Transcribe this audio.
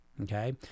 okay